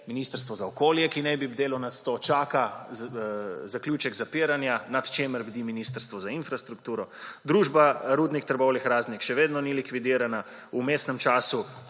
ministrstvo za okolje, ki naj bi bdelo nad tem, čaka zaključek zapiranja, nad čimer bdi ministrstvo za infrastrukturo, družba Rudnik Trbovlje-Hrastnik še vedno ni likvidirana, v vmesnem času